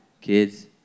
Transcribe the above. kids